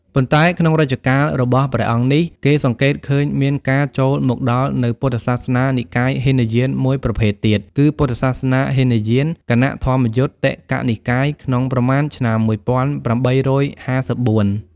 ប៉ុន្តែ ក្នុងរជ្ជកាលរបស់ព្រះអង្គនេះ គេសង្កេតឃើញមានការចូលមកដល់នូវពុទ្ធសាសនានិកាយហីនយានមួយប្រភេទទៀត គឺពុទ្ធសាសនាហីនយាន គណៈធម្មយុត្តិកនិកាយក្នុងប្រមាណឆ្នាំ ១៨៥៤។